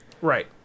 Right